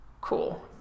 Cool